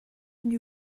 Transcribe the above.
new